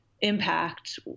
Impact